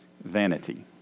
Vanity